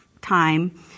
time